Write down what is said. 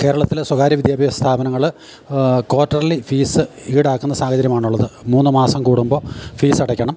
കേരളത്തിലെ സ്വകാര്യ വിദ്യാഭ്യാസ സ്ഥാപനങ്ങൾ ക്വാട്ടർലി ഫീസ്സ് ഈടാക്കുന്ന സാഹചര്യം ആണുള്ളത് മൂന്ന് മാസം കൂടുമ്പോൾ ഫീസടയ്ക്കണം